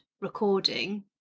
recording